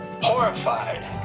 horrified